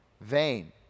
vain